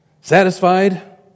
satisfied